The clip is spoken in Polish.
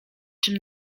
czym